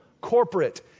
Corporate